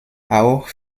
auch